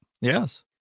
Yes